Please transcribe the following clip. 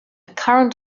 current